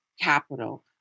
capital